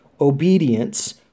obedience